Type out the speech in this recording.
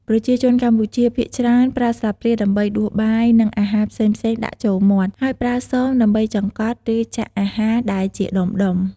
ប្រជាជនកម្ពុជាភាគច្រើនប្រើស្លាបព្រាដើម្បីដួសបាយ និងអាហារផ្សេងៗដាក់ចូលមាត់ ហើយប្រើសមដើម្បីចង្កត់ ឬចាក់អាហារដែលជាដុំៗ។